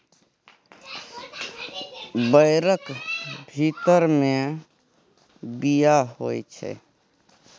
बैरक भीतर मे बीया होइ छै